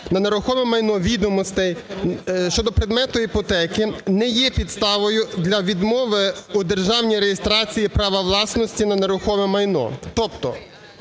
на нерухоме майно, відомостей щодо предмету іпотеки не є підставою для відмови у державній реєстрації права власності на нерухоме майно. Тобто